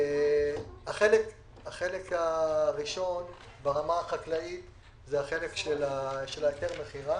החלק הראשון ברמה החקלאות הוא החלק של היתר המכירה